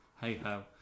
Hey-ho